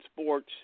sports